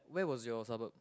where was your suburb